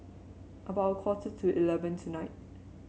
about a quarter to eleven tonight